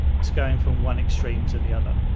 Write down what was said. it's going from one extreme to the other.